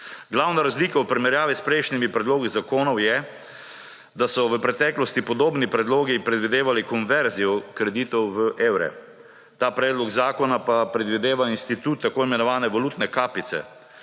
Glavna razlika v primerjavi s prejšnjimi predlogi zakonov je, da so v preteklosti podobni predlogi predvidevali konverzijo kreditov v evre, ta predlog zakona pa predvideva institut tako imenovane valutne kapice.